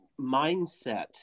mindset